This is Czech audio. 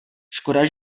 škoda